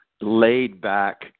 laid-back